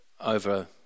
over